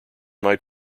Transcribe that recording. might